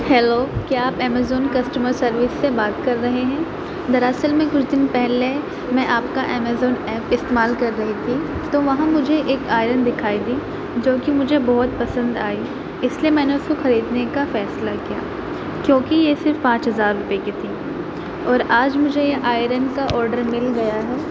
hello کیا آپ Amazon customer service سے بات کر رہے ہیں دراصل میں کچھ دِن پہلے میں آپ کا امیزون ایپ استعمال کر رہی تھی تو وہاں مجھے ایک آئرن دکھائی دی جو کہ مجھے بہت پسند آئی اِس لیے میں نے اُس کو خریدنے کا فیصلہ کیا کیونکہ یہ صرف پانچ ہزار روپئے کی تھیں اور آج مجھے یہ آئرن کا آڈر مل گیا ہے